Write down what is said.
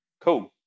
Cool